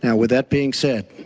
and with that being said,